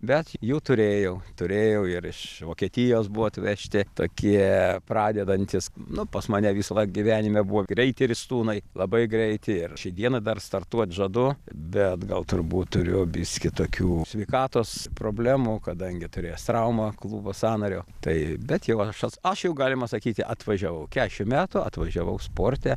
bet jų turėjau turėjau ir iš vokietijos buvo atvežti tokie pradedantys nu pas mane visąlaik gyvenime buvo greiti ristūnai labai greiti ir šiai dienai dar startuot žadu bet gal turbūt turiu biskį tokių sveikatos problemų kadangi turėjęs traumą klubo sąnario tai bet jau aš aš jau galima sakyti atvažiavau kešim metų atvažiavau sporte